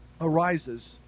arises